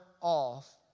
off